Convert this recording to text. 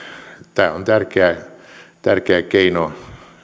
tämä on tärkeä keino